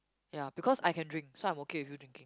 ya because I can drink so I'm okay with you drinking